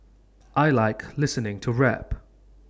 I Like listening to rap